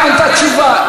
היא ענתה תשובה.